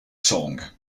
song